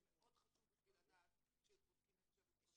זה מאוד חשוב בשביל לדעת כשבודקים את שווי כל מה